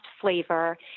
flavor